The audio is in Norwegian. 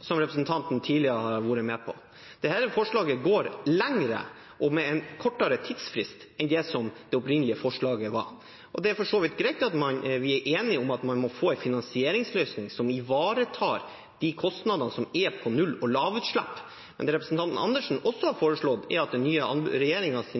som representanten tidligere har vært med på. Dette forslaget går lenger og med en kortere tidsfrist enn det som var det opprinnelige forslaget. Det er for så vidt greit at man er enige om at man må få en finansieringsløsning som ivaretar de kostnadene som er på null- og lavutslipp, men det representanten Andersen også har foreslått, er at regjeringens